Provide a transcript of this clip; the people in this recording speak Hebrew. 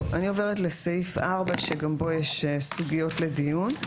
אני עוברת לסעיף 4 שגם בו יש סוגיות לדיון.